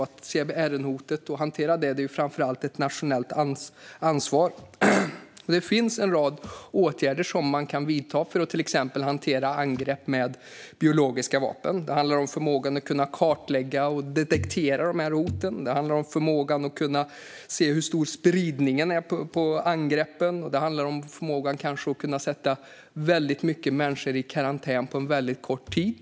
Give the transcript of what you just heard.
Att hantera CBRN-hotet är framför allt ett nationellt ansvar. Det finns en rad åtgärder som man kan vidta för att till exempel hantera angrepp med biologiska vapen. Det handlar om förmågan att kartlägga och detektera hoten. Det handlar om förmågan att se hur stor spridningen är på angreppen. Det handlar om förmågan att sätta kanske väldigt många människor i karantän på en väldigt kort tid.